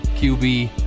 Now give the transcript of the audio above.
QB